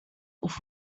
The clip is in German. auf